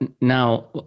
Now